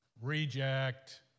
reject